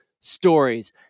stories